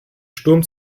sturm